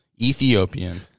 Ethiopian